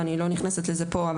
אני לא נכנסת לזה פה,